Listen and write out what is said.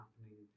happening